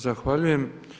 Zahvaljujem.